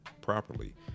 properly